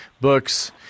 books